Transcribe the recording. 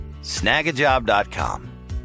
snagajob.com